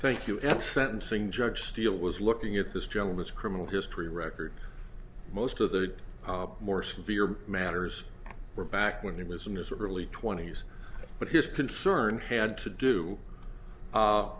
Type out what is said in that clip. thank you at sentencing judge steele was looking at this gentleman's criminal history record most of the more severe matters were back when he was in his early twenty's but his concern had to do